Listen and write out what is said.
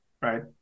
right